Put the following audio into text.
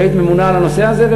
כשהיית ממונה על הנושא הזה,